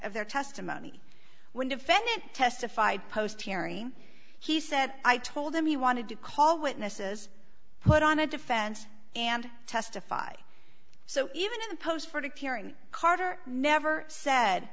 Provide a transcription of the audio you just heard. of their testimony when defendant testified post hearing he said i told him he wanted to call witnesses put on a defense and testify so even in the post for it appearing carter never said